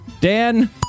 Dan